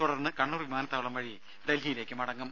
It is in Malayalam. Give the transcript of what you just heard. തുടർന്ന് കണ്ണൂർ വിമാനത്താവളം വഴി അദ്ദേഹം ഡൽഹിയിലേക്ക് മടങ്ങും